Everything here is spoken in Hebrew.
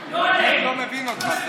שלו, לא עלינו.